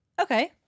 Okay